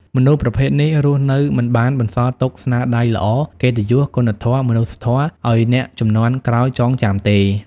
មនុស្សប្រភេទនេះរស់នៅមិនបានបន្សល់ទុកស្នាដៃល្អ កិត្តិយស គុណធម៌ មនុស្សធម៌ឲ្យអ្នកជំនាន់ក្រោយចងចាំទេ។